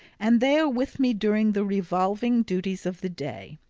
and they are with me during the revolving duties of the day.